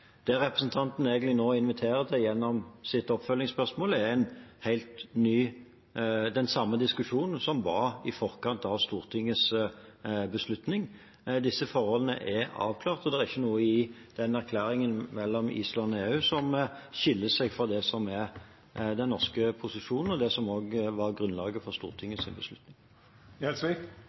Det som representanten Gjelsvik nå egentlig inviterer til gjennom sitt oppfølgingsspørsmål, er den samme diskusjonen som var i forkant av Stortingets beslutning. Disse forholdene er avklart, og det er ikke noe i den erklæringen mellom Island og EU som skiller seg fra det som er den norske posisjonen, og det som også var grunnlaget for Stortingets beslutning. Det som Stortinget